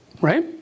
Right